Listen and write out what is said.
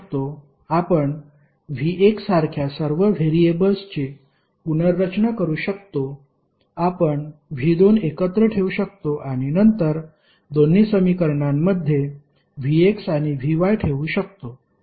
आपण V1 सारख्या सर्व व्हेरिएबल्सची पुनर्रचना करू शकतो आपण V2 एकत्र ठेवू शकतो आणि नंतर दोन्ही समीकरणांमध्ये Vx आणि Vy ठेवू शकतो